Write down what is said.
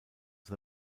the